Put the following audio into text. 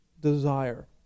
desire